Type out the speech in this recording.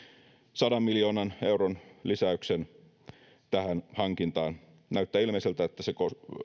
sadan miljoonan euron lisäyksen tähän hankintaan näyttää ilmeiseltä että se